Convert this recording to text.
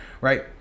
right